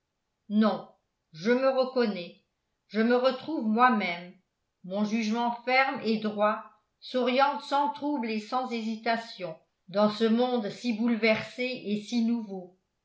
non je me reconnais je me retrouve moi-même mon jugement ferme et droit s'oriente sans trouble et sans hésitation dans ce monde si bouleversé et si nouveau